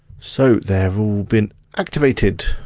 so they've all been activated.